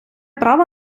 право